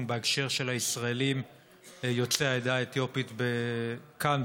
בהקשר של הישראלים בני העדה האתיופית כאן,